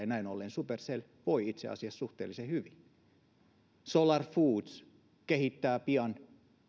näin ollen voi itse asiassa suhteellisen hyvin solar foods kehittää pian